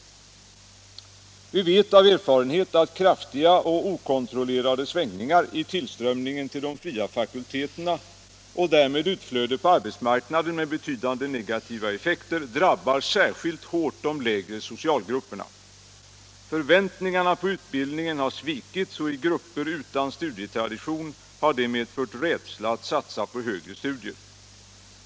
Vi vet av erfarenhet att kraftiga och okontrollerade svängningar i tillströmningen till de fria fakulteterna, och därmed utflödet på arbetsmarknaden, får betydande negativa effekter som särskilt hårt drabbar de lägre socialgrupperna. Förväntningarna på utbildningen har svikits, och i grup per utan studietradition har det medfört rädsla att satsa på högre studier.